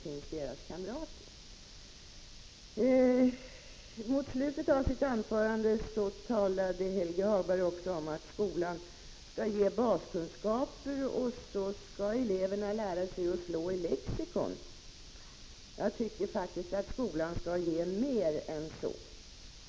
I slutet av sitt anförande talade Helge Hagberg också om att skolan skall ge baskunskaper, och så skall eleverna lära sig att slå i lexikon. Jag tycker faktiskt att skolan skall ge mer än så.